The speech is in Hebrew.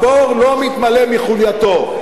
הבור לא מתמלא מחולייתו.